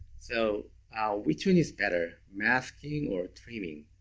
so ah which one is better, masking or trimming?